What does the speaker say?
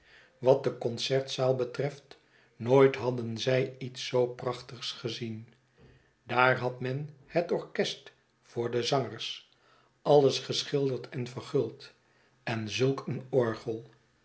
wat de concertzaal betreft nooit hadden zij iets zoo prachtigs gezien daar had men het orchest voor de zangers alles geschilderd en verguld en zulk een orgel